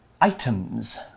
items